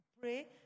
pray